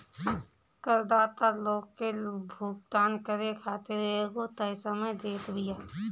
करदाता लोग के भुगतान करे खातिर एगो तय समय देत बिया